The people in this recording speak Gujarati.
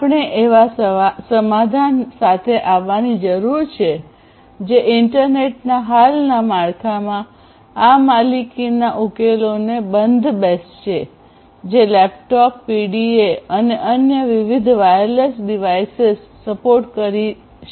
આપણે એવા સમાધાન સાથે આવવાની જરૂર છે જે ઇન્ટરનેટના હાલના માળખામાં આ માલિકીના ઉકેલોને બંધબેસશે જે લેપટોપ પીડીએ અને અન્ય વિવિધ વાયરલેસ ડિવાઇસેસને સપોર્ટ કરી રહ્યું છે